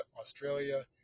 Australia